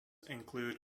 include